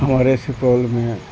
ہمارے سپول میں